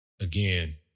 again